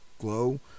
glow